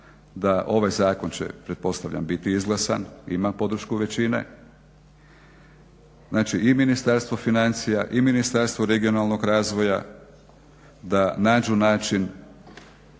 da ovaj zakon će pretpostavljam biti izglasan, ima podršku većine. Znači i Ministarstvo financija i Ministarstvo regionalnog razvoja da nađu način